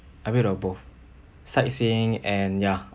a bit of both sightseeing and ya